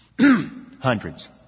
Hundreds